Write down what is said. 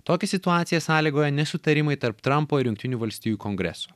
tokią situaciją sąlygoja nesutarimai tarp trampo ir jungtinių valstijų kongreso